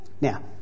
Now